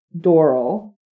Doral